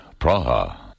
Praha